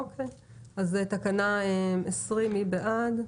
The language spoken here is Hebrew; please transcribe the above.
תקנה 20, מי בעד?